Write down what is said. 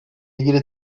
ilgili